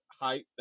height